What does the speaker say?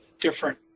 different